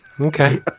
Okay